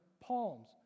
palms